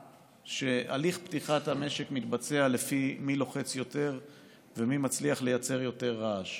שהליך פתיחת המשק מתבצע לפי מי לוחץ יותר ומי מצליח לייצר יותר רעש,